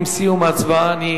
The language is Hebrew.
עם סיום ההצבעה אני